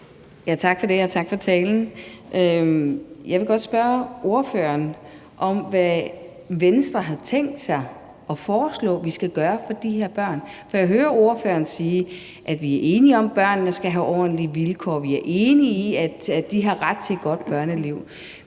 Tak for det, og tak for talen. Jeg vil godt spørge ordføreren, hvad Venstre har tænkt sig at foreslå vi skal gøre for de her børn. For jeg hører ordføreren sige, at vi er enige om, at børnene skal have ordentlige vilkår, at vi er enige om, at de har ret til et godt børneliv,